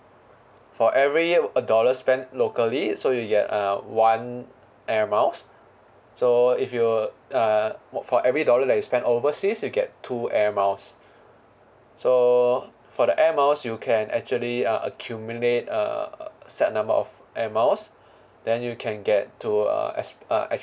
for every a dollar spent locally so you get uh one air miles so if you uh wa~ for every dollar that you spend overseas you get two air miles so for the air miles you can actually uh accumulate a set number of air miles then you can get to uh ex~ uh ex~